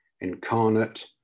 incarnate